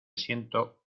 siento